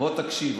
בוא תקשיב.